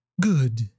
Good